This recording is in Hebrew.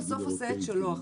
עושה את שלו.